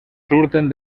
surten